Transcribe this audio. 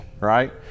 right